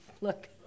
look